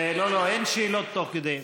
לא, לא, אין שאלות תוך כדי.